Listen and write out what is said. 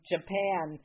Japan